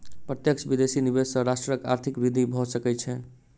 प्रत्यक्ष विदेशी निवेश सॅ राष्ट्रक आर्थिक वृद्धि भ सकै छै